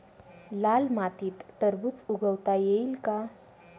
लाल मातीत टरबूज उगवता येईल का?